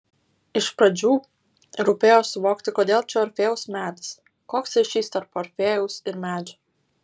iš pradžių rūpėjo suvokti kodėl čia orfėjaus medis koks ryšys tarp orfėjaus ir medžio